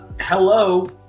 Hello